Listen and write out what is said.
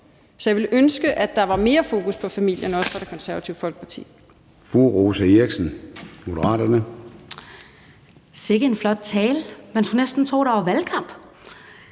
Så jeg ville ønske, at der var mere fokus på familien, også hos Det Konservative Folkeparti.